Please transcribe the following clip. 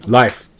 life